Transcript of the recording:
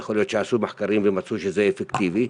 יכול להיות שעשו מחקרים ומצאו שזה אפקטיבי,